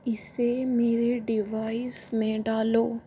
इसे मेरे डिवाइस में डालो